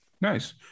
Nice